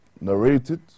narrated